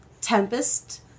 Tempest